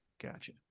Gotcha